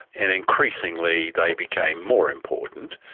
and increasingly they became more important.